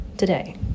Today